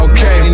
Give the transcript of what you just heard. Okay